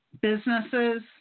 businesses